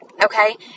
Okay